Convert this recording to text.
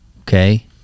Okay